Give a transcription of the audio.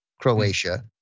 Croatia